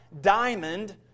diamond